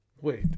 Wait